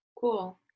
Cool